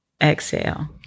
Exhale